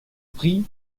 pris